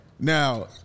Now